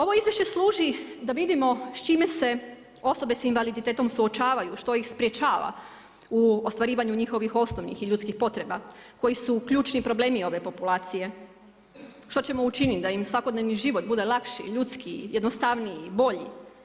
Ovo izvješće služi da vidimo s čime se osobe sa invaliditetom suočavaju, što ih sprječava u ostvarivanju njihovih osnovnih i ljudskih potreba koji su ključni problemi ove populacije, što ćemo učiniti da im svakodnevni život bude lakši i ljudskiji, jednostavniji i bolji.